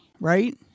right